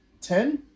Ten